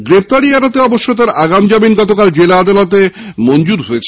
গ্রেফতারি এড়াতে অবশ্য তার আগাম জামিন গতকাল জেলা আদালতে মঞ্জুর হয়েছে